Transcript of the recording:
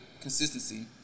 consistency